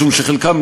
משום שחלקם,